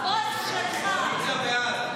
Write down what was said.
הבוס שלך והקולגה שלך,